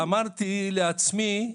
אמרתי לעצמי,